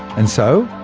and so,